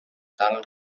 tal